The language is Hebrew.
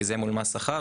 כי זה יהיה מול מס שכר.